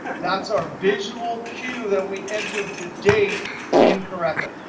that's our visual cue that we entered the day incorrectly.